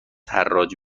حراج